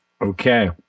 Okay